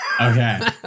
Okay